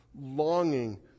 longing